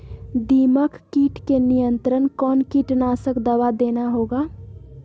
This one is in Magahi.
दीमक किट के नियंत्रण कौन कीटनाशक दवा देना होगा?